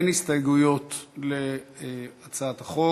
אין הסתייגויות להצעת החוק.